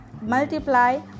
multiply